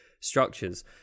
structures